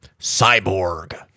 cyborg